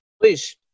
Please